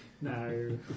no